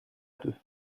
peu